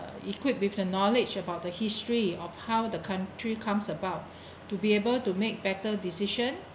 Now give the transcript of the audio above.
uh equipped with the knowledge about the history of how the country comes about to be able to make better decision